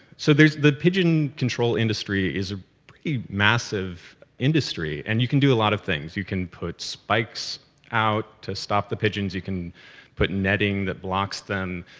so, there's the pigeon control industry. it's a pretty massive industry. and you can do a lot of things. you can put spikes out to stop the pigeons. you can put netting that blocks them.